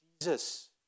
Jesus